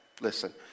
listen